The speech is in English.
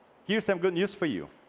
here's some good news for you.